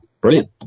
brilliant